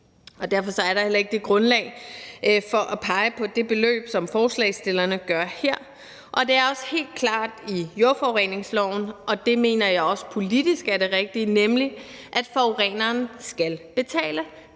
Derfor er der heller ikke det grundlag for at pege på det beløb, som forslagsstillerne gør her, og det står også helt klart i jordforureningsloven, og det mener jeg også politisk er det rigtige, nemlig at forureneren skal betale